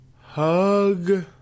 Hug